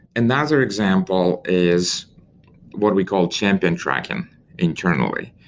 another example is what we call champion tracking internally,